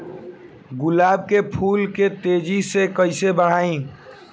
गुलाब के फूल के तेजी से कइसे बढ़ाई?